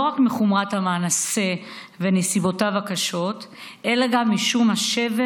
לא רק בשל חומרת המעשה ונסיבותיו הקשות אלא גם בשל השבר